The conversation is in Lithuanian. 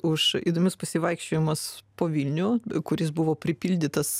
už įdomius pasivaikščiojimus po vilnių kuris buvo pripildytas